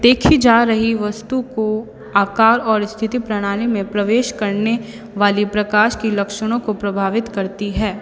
देखी जा रही वस्तु को आकार और स्थिति प्रणाली में प्रवेश करने वाली प्रकाश की लक्षणों को प्रभावित करती है